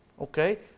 Okay